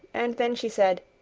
and then she said